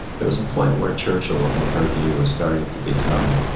there was a point where churchill in her view was starting to become